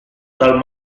dal